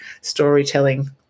storytelling